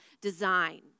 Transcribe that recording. design